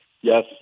Yes